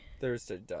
Thursday